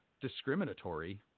discriminatory